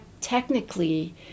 technically